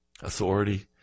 Authority